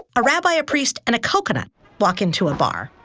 a rabbi, a priest, and a coconut walk into a bar.